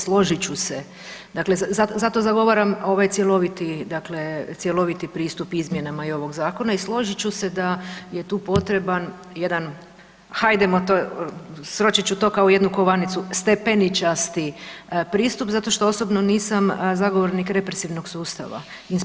Složit ću se, dakle zato zagovaram ovaj cjeloviti dakle pristup izmjenama i ovog zakona i složit ću se da je tu potreban jedan hajdemo to, sročit ću to kao jednu kovanicu, stepeničasti pristup zato što osobno nisam zagovornik represivnog sustava.